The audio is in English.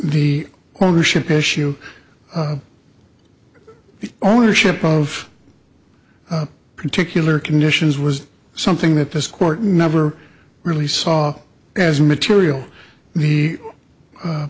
the ownership issue the ownership of particular conditions was something that this court never really saw as material the